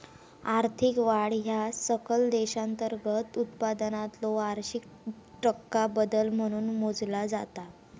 आर्थिक वाढ ह्या सकल देशांतर्गत उत्पादनातलो वार्षिक टक्का बदल म्हणून मोजला जाता